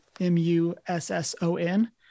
m-u-s-s-o-n